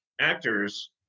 actors